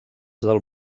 del